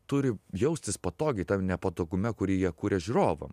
turi jaustis patogiai tam nepatogume kurį jie kuria žiūrovam